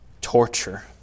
torture